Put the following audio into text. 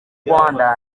rwanda